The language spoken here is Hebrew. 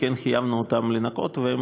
חייבנו אותם לנקות והם